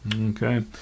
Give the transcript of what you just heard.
Okay